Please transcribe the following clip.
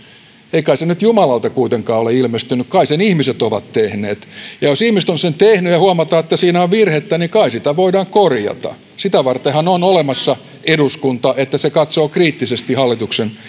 ei kai se nyt jumalalta kuitenkaan ole ilmestynyt vaan kai sen ihmiset ovat tehneet ja jos ihmiset ovat sen tehneet ja huomataan että siinä on virhettä niin kai sitä voidaan korjata sitä vartenhan on olemassa eduskunta että se katsoo kriittisesti hallituksen